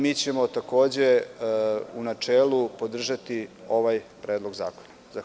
Mi ćemo takođe u načelu podržati ovaj predlog zakona.